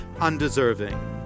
undeserving